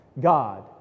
God